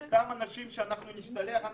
אלא סתם אנשים שנשתלח בהם,